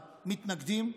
המתנגדים,